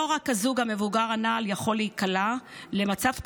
לא רק הזוג המבוגר הנ"ל יכול להיקלע למצב כזה,